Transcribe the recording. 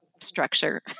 structure